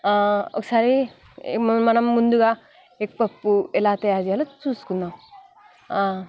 ఒకసారి మనం ముందుగా ఎగ్ పఫ్ ఎలా తయారు చేయాలో చూసుకుందాము